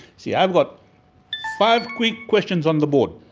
see, i've got five quick questions on the board.